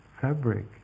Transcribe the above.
fabric